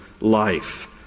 life